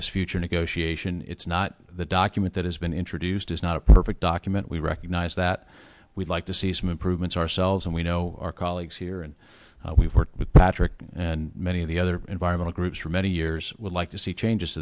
this future negotiation it's not the document that has been introduced is not a perfect document we recognize that we'd like to see some improvements ourselves and we know our colleagues here and we've worked with patrick and many of the other environmental groups for many years would like to see changes